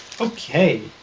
Okay